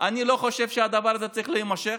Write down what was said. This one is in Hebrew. אני לא חושב שהדבר הזה צריך להימשך.